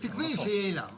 אז תקבעי שיהיה לה.